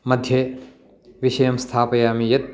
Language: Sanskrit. मध्ये विषयं स्थापयामि यत्